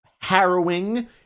harrowing